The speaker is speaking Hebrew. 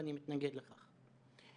ואני מתנגד לכך.